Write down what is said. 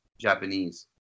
Japanese